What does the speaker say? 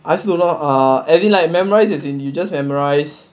I also don't know ah as in like memorise as in you just memorise